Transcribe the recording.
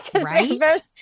Right